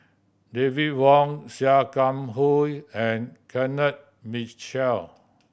David Wong Sia Kah Hui and Kenneth Mitchell